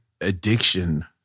addiction